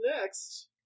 next